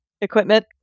equipment